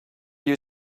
you